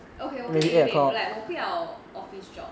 okay 我跟你有点 like 我不要 office job